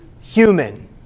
human